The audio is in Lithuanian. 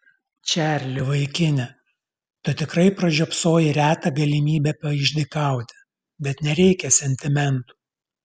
čarli vaikine tu tikrai pražiopsojai retą galimybę paišdykauti bet nereikia sentimentų